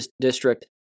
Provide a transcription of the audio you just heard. District